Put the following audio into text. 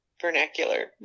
vernacular